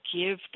give